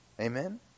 Amen